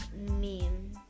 meme